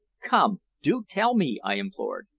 come, do tell me! i implored.